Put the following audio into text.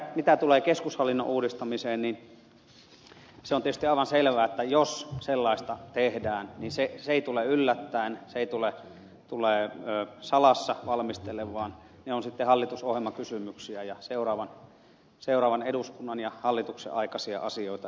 mitä tulee keskushallinnon uudistamiseen niin se on tietysti aivan selvää että jos sellaista tehdään niin se ei tule yllättäen se ei tule salassa valmistellen vaan ne ovat sitten hallitusohjelmakysymyksiä ja seuraavan eduskunnan ja hallituksen aikaisia asioita